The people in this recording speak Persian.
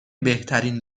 بهترین